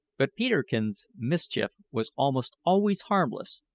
but peterkin's mischief was almost always harmless,